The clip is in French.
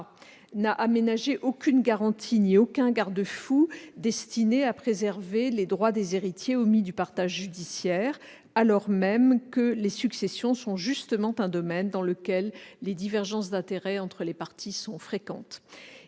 n'a aménagé aucune garantie ni aucun garde-fou destiné à préserver les droits des héritiers omis du partage judiciaire, alors même que les successions sont justement un domaine dans lequel les divergences d'intérêts entre les parties sont fréquentes.